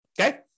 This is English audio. okay